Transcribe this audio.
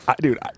Dude